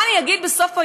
מה אני אגיד בסוף היום,